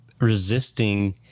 resisting